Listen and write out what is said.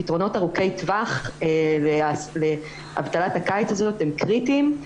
פתרונות ארוכי טווח לאבטלת הקיץ הזאת הם קריטיים.